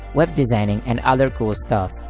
web designing and other cool stuff.